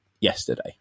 yesterday